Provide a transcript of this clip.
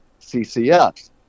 CCFs